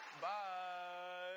Bye